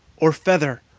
or feather,